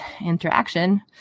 interaction